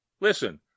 listen